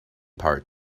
part